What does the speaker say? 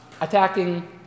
attacking